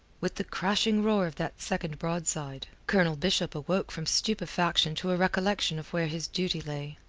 with the crashing roar of that second broadside, colonel bishop awoke from stupefaction to a recollection of where his duty lay.